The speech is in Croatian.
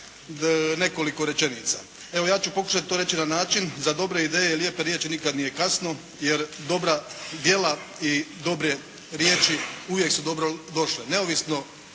nekoliko rečenica. Evo ja ću pokušati to reći na način, za dobre ideje i lijepe riječi nikad nije kasno, jer dobra djela i dobre riječi uvijek su dobro došle